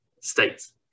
States